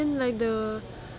like the